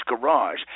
garage